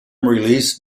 release